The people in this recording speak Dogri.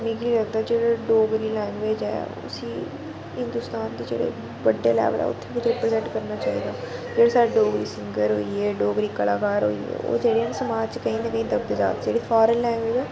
मिगी लगदा जेह्ड़ा डोगरी लैंग्वेज ऐ उसी हिंदुस्तान दे जेह्ड़े बड्डे लैवल उप्पर रिप्रजैंट करना चाहि्दा जेह्ड़ी साढ़ी डोगरी सिंगर होई गे डोगरी कलाकार होई ओह् जेह्ड़े साढ़ै समाज़ च केईं न केईं दबदे जा दे जेह्ड़े फारन लैंग्वेज़